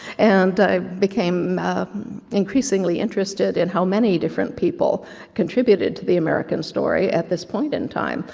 and became increasingly interested in how many different people contributed to the american story, at this point and time,